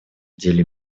деле